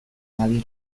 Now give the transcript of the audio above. dabil